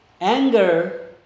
anger